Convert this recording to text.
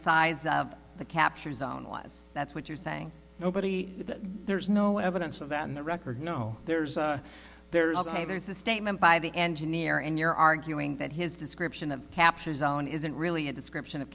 size of the capture zone was that's what you're saying nobody there's no evidence of that in the record no there's there's a there's the statement by the engineer and you're arguing that his description of capture zone isn't really a description of